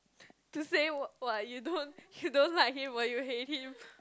to say wa~ !wah! you don't you don't like him but you hate him